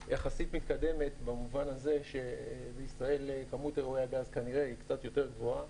היא יחסית מתקדמת במובן הזה שכמות אירועי הגז כנראה קצת יותר גבוהה,